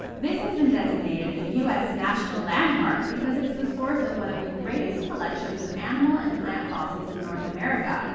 this has been designated a us national landmark because it's the source of one of the greatest collections of animal and plant fossils in north america,